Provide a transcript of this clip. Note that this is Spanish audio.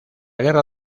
guerra